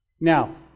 Now